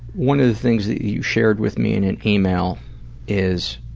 one of the things that you shared with me in an email is